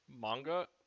manga